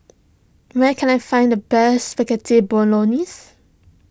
where can I find the best Spaghetti Bolognese